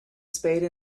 spade